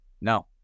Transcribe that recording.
No